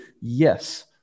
yes